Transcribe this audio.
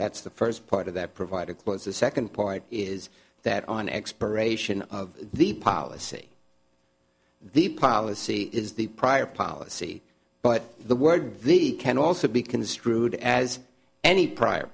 that's the first part of that provided but the second point is that on expiration the policy the policy is the prior policy but the word the can also be construed as any prior